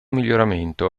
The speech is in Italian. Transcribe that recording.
miglioramento